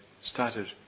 started